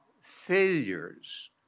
failures